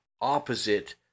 opposite